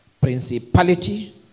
principality